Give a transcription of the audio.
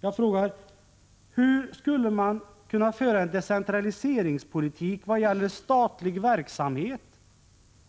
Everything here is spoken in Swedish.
Jag frågar: Hur skulle man kunna föra en decentraliseringspolitik i vad gäller statlig verksamhet